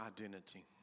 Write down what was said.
identity